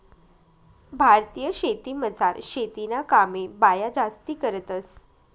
भारतीय शेतीमझार शेतीना कामे बाया जास्ती करतंस